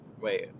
Wait